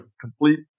complete